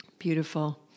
Beautiful